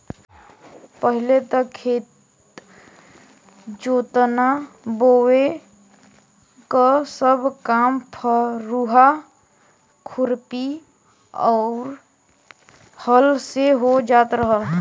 पहिले त खेत जोतना बोये क सब काम फरुहा, खुरपी आउर हल से हो जात रहल